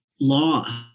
Law